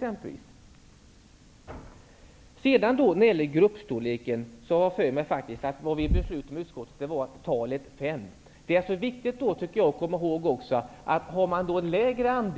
När det sedan gäller gruppstorleken har jag för mig att utskottet beslöt sig för talet fem. Det är då viktigt att komma ihåg att om det är ett lägre